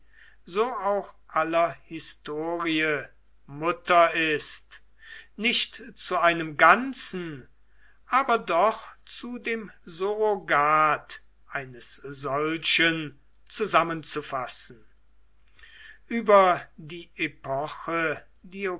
so auch aller historie mutter ist nicht zu einem ganzen aber zu dem surrogat eines solchen zusammenzufassen aber die epoche diocletians